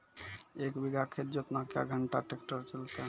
एक बीघा खेत जोतना क्या घंटा ट्रैक्टर चलते?